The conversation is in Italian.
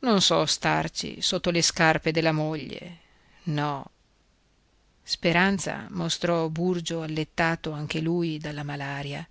non so starci sotto le scarpe della moglie no speranza mostrò burgio allettato anche lui dalla malaria